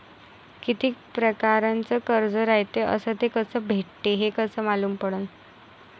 कितीक परकारचं कर्ज रायते अस ते कस भेटते, हे कस मालूम पडनं?